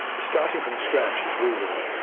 starting from scratch as we were,